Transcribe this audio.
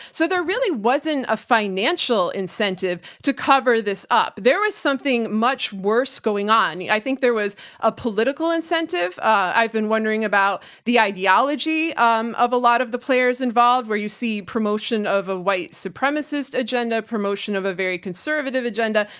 so there really wasn't a financial incentive to cover this up. there was something much worse going on. i think there was a political incentive. i've been wondering about the ideology um of a lot of the players involved where you see promotion of a white supremacist agenda, promotion of a very conservative agenda.